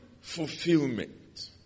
fulfillment